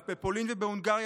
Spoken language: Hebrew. בפולין ובהונגריה,